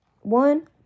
One